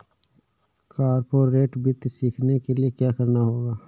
corporate वित्त सीखने के लिया क्या करना होगा